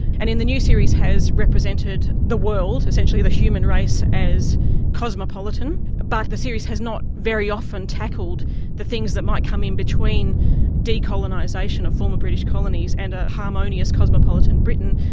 and in the new series has represented the world, essentially the human race, as cosmopolitan. but the series has not very often tackled the things that might come in between decolonisation of former british colonies and a harmonious cosmopolitan britain,